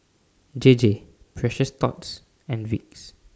J J Precious Thots and Vicks